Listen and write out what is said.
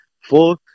four